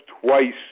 twice